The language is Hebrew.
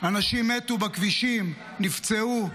אנשים מתו בכבישים, נפצעו,